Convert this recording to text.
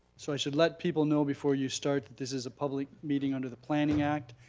so i should let people know before you start, this is a public meeting under the planning act.